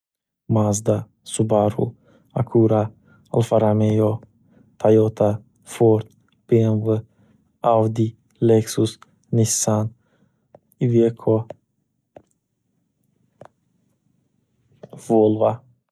Mazda, Subaru, Akuura, Alfa Romeo, Toyota, Ford, BMW, Audi, Lexus, Nissan, Vieco Volva.